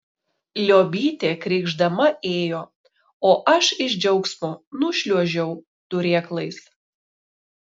liobytė krykšdama ėjo o aš iš džiaugsmo nušliuožiau turėklais